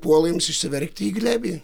puola jums išsiverkti į glėbį